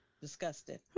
disgusted